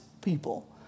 people